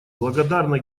благодарна